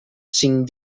cinc